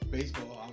Baseball